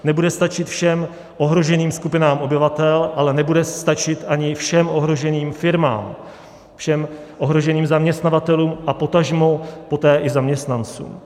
Nebude stačit všem ohroženým skupinám obyvatel, ale nebude stačit ani všem ohroženým firmám, všem ohroženým zaměstnavatelům a potažmo poté i zaměstnancům.